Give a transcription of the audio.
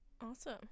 Awesome